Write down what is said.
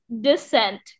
descent